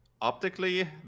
optically